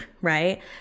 right